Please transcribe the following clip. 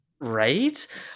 Right